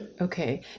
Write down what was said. Okay